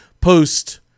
post